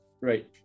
Right